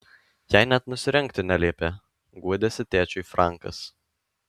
jai net nusirengti neliepė guodėsi tėčiui frankas